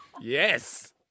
Yes